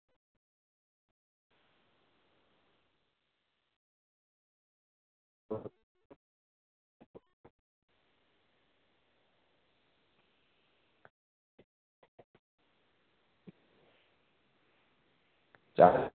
आं